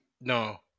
No